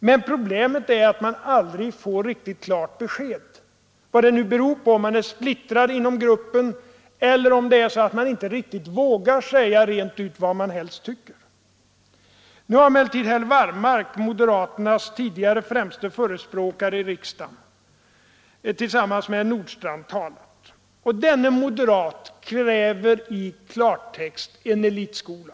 Men problemet är att vi aldrig får riktigt klart besked — om det nu beror på att man är splittrad inom gruppen eller på att man inte riktigt vågar säga rent ut vad man tycker. Nu har emellertid herr Wallmark, moderaternas tidigare främste förespråkare i riksdagen tillsammans med herr Nordstrandh, talat. Denne moderat kräver i klartext en elitskola.